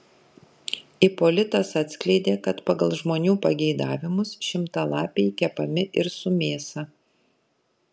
ipolitas atskleidė kad pagal žmonių pageidavimus šimtalapiai kepami ir su mėsa